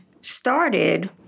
started